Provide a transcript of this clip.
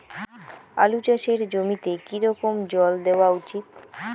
আলু চাষের জমিতে কি রকম জল দেওয়া উচিৎ?